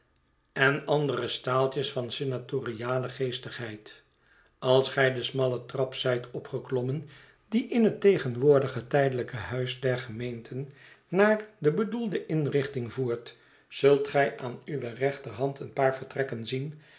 en andere staaitjes van senatoriale geestigheid als gij de smalle trap zijt opgeklommen die in het tegenwoordige tijdelijke huis der gemeenten naar de bedoelde inrichting voert zult gij aan uwe rechterhand een paar vertrekken zien